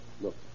Look